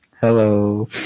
Hello